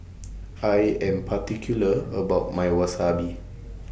I Am particular about My Wasabi